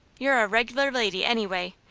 you're a reg'lar lady, anyway.